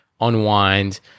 unwind